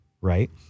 right